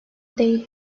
değil